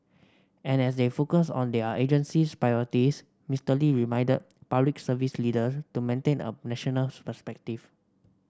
and as they focus on their agency's priorities Mister Lee reminded Public Service leader to maintain a national perspective